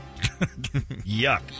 Yuck